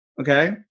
okay